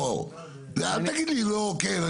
אל תגיד לא או כן.